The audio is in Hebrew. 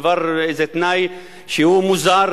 זה איזה תנאי שהוא מוזר,